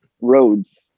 roads